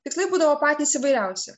tikslai būdavo patys įvairiausi